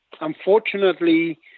unfortunately